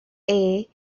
and